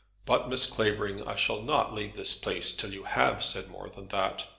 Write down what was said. but, miss clavering, i shall not leave this place till you have said more than that.